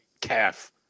calf